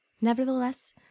Nevertheless